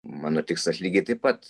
mano tikslas lygiai taip pat